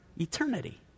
Eternity